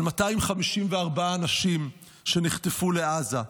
על 254 אנשים שנחטפו לעזה.